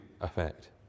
effect